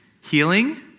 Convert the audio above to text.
healing